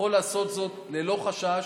יכול לעשות זאת ללא חשש,